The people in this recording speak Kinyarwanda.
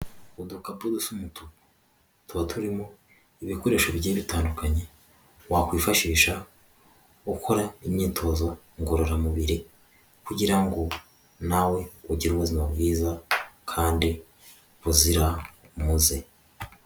Udukapu dusa umutuku tuba turimo ibikoresho bigiye bitandukanye wakwifashisha ukora imyitozo ngororamubiri kugira ngo nawe ugire ubuzima bwiza kandi buzira umuze.